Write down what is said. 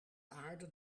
aarde